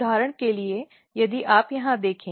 उदाहरण के लिए यदि आप यहां देखें